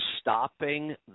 stopping